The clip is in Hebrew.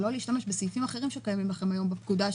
או לא להשתמש בסעיפים אחרים שקיימים לכם היום בפקודה,